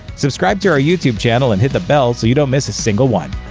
subscribe to our youtube channel and hit the bell so you don't miss a single one.